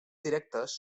directes